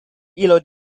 illo